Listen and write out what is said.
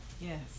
Yes